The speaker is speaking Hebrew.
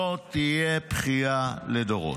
זאת תהיה בכייה לדורות.